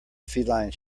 feline